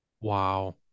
Wow